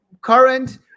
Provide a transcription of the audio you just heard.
current